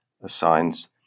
assigns